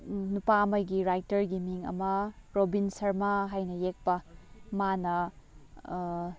ꯅꯨꯄꯥ ꯑꯃꯒꯤ ꯔꯥꯏꯇꯔꯒꯤ ꯃꯤꯡ ꯑꯃ ꯔꯣꯕꯤꯟ ꯁꯔꯃꯥ ꯍꯥꯏꯅ ꯌꯦꯛꯄ ꯃꯥꯅ